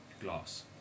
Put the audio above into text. Glass